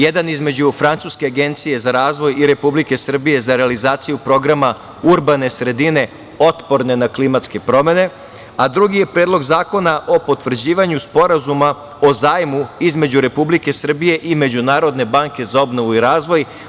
Jedan je između Francuske agencije za razvoj i Republike Srbije za realizaciju Programa urbane sredine otporne na klimatske promene, a drugi je Predlog zakona o potvrđivanju Sporazuma o zajmu između Republike Srbije i Međunarodne banke za obnovu i razvoj.